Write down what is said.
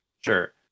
Sure